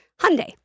Hyundai